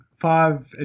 five